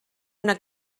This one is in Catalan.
una